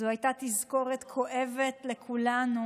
זאת הייתה תזכורת כואבת לכולנו